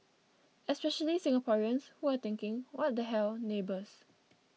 especially Singaporeans who are thinking What the hell neighbours